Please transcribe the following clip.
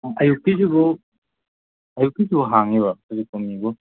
ꯎꯝ ꯑꯌꯨꯛꯀꯤꯁꯤꯕꯨ ꯑꯌꯨꯛꯀꯤꯁꯤꯕꯨ ꯍꯥꯡꯉꯤꯕꯣ ꯍꯧꯖꯤꯛ ꯇꯝꯃꯤꯕ꯭ꯔꯣ